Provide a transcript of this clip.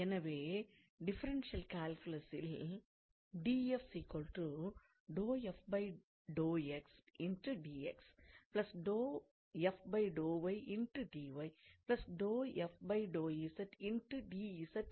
எனவே டிஃபரென்ஷியல் கால்குலசில்என்று பெறுகிறோம்